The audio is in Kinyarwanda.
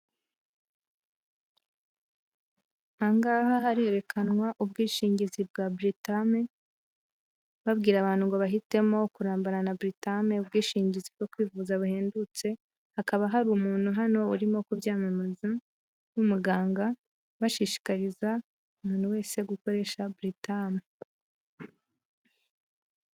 Aha ngaha harerekanwa ubwishingizi bwa Britame, babwira abantu ngo bahitemo kurambana na Britame ubwishingizi bwo kwivuza buhendutse, hakaba hari umuntu hano urimo kuryamamaza nk'umuganga, bashishikariza umuntu wese gukoresha Britame.